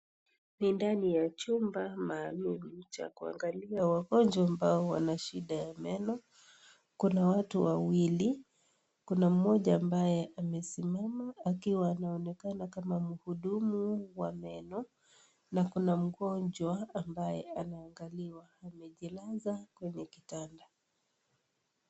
Ni ndani ya chumba maalum cha kuangalia wagonjwa ambao wana shida ya meno. Kuna watu wawili, kuna mmoja ambaye amesimama akiwa anaonekana kama mhudumu wa meno na kuna mgonjwa ambaye anaangaliwa. Amejilaza kwenye kitanda.